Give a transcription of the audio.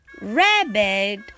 Rabbit